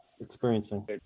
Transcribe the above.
experiencing